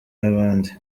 n’abandi